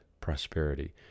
prosperity